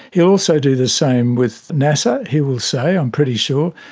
he'll also do the same with nasa, he will say, i'm pretty sure,